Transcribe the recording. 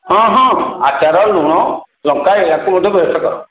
ହଁ ହଁ ଆଚାର ଲୁଣ ଲଙ୍କା ଏହାକୁ ଗୋଟେ ବ୍ୟବସ୍ଥା କର